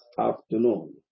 afternoon